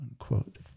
unquote